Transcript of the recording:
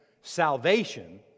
salvation